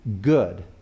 good